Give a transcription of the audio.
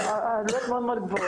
אבל העלויות מאוד מאוד גבוהות.